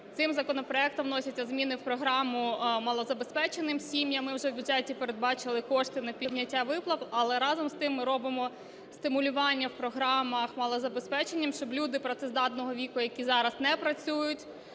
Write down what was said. цим законопроектом вносяться зміни в програму малозабезпеченим сім'ям, ми вже в бюджеті передбачили кошти на підняття виплат, але разом з тим ми робимо стимулювання в програмах малозабезпечених, щоб люди працездатного віку, які зараз не працюють,